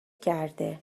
کرده